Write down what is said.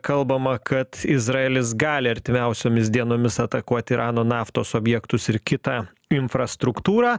kalbama kad izraelis gali artimiausiomis dienomis atakuot irano naftos objektus ir kitą infrastruktūrą